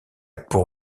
pour